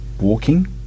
walking